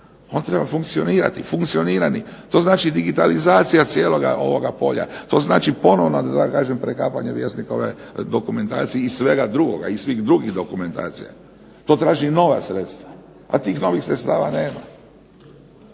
On treba funkcionirati, to znači digitalizacija cijeloga ovoga polja, to znači ponovno prekapanje Vjesnikove dokumentacije i sveg drugog i svih drugih dokumentacija, to traži nova sredstva. A tih novih sredstava nema.